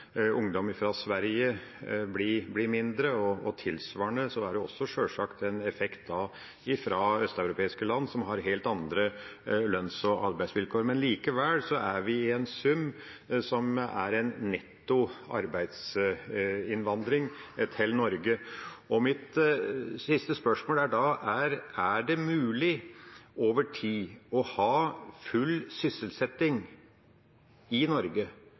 ungdom fra Sverige bli mindre. Tilsvarende effekt gjelder sjølsagt også østeuropeiske land, som har helt andre lønns- og arbeidsvilkår. Likevel har vi en sum som gir en netto arbeidsinnvandring til Norge. Mitt siste spørsmål er da: Er det mulig over tid å ha full sysselsetting i Norge